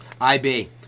IB